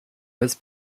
was